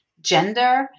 gender